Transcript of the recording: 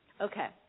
Okay